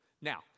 Now